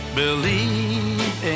believe